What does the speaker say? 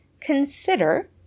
consider